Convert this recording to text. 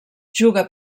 juga